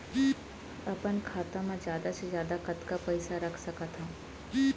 अपन खाता मा जादा से जादा कतका पइसा रख सकत हव?